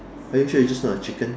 are you sure it's just not a chicken